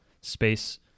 space